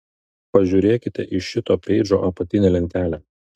pažiūrėkite į šito peidžo apatinę lentelę